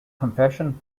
confession